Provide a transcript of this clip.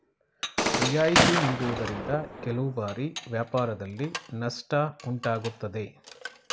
ರಿಯಾಯಿತಿ ನೀಡುವುದರಿಂದ ಕೆಲವು ಬಾರಿ ವ್ಯಾಪಾರದಲ್ಲಿ ನಷ್ಟ ಉಂಟಾಗುತ್ತದೆ